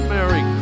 Merry